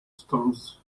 stones